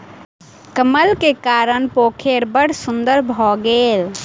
कमल के कारण पोखैर बड़ सुन्दर भअ गेल